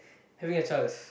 having a child is